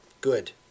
Good